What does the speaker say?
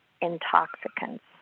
intoxicants